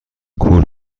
کور